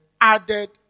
added